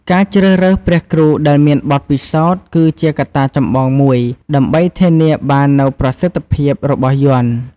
ការជ្រើសរើសព្រះគ្រូដែលមានបទពិសោធន៍ គឺជាកត្តាចម្បងមួយដើម្បីធានាបាននូវប្រសិទ្ធភាពរបស់យ័ន្ត។